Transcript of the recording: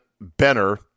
Benner